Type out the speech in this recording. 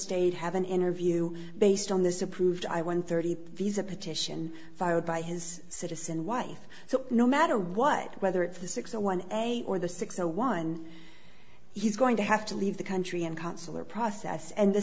state have an interview based on this approved by one thirty visa petition filed by his citizen wife so no matter what whether it's a six or one day or the six or one he's going to have to leave the country and consular process and the